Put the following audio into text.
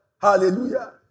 Hallelujah